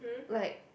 like